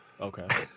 Okay